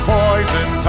poison